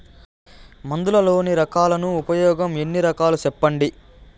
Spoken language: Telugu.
మందులలోని రకాలను ఉపయోగం ఎన్ని రకాలు? సెప్పండి?